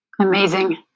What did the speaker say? Amazing